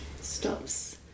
stops